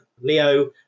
Leo